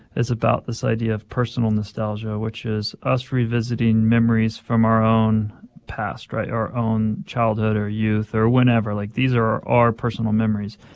is about this idea of personal nostalgia, which is us revisiting memories from our own past, right, our own childhood or youth or whenever. like, these are our personal memories.